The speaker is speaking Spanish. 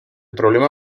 problema